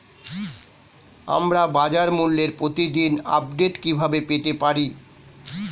আমরা বাজারমূল্যের প্রতিদিন আপডেট কিভাবে পেতে পারি?